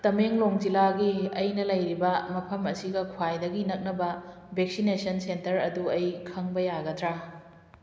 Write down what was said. ꯇꯃꯦꯡꯂꯣꯡ ꯖꯤꯂꯥꯒꯤ ꯑꯩꯅ ꯂꯩꯔꯤꯕ ꯃꯐꯝ ꯑꯁꯤꯒ ꯈ꯭ꯋꯥꯏꯗꯒꯤ ꯅꯛꯅꯕ ꯚꯦꯛꯁꯤꯅꯦꯁꯟ ꯁꯦꯟꯇꯔ ꯑꯗꯨ ꯈꯪꯕ ꯌꯥꯒꯗ꯭ꯔꯥ